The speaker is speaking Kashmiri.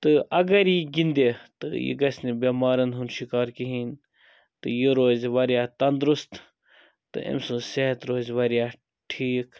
تہٕ اگر یہِ گِنٛدِ تہٕ یہِ گَژھِ نہٕ بٮ۪مارٮ۪ن ہُنٛد شِکار کِہیٖنۍ تہٕ یہِ روزِ واریاہ تَندرُست تہٕ أمۍ سُنٛد صحت روزِ واریاہ ٹھیٖک